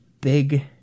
big